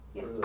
Yes